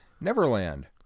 Neverland